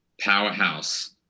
powerhouse